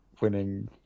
winning